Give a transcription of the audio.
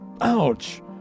Ouch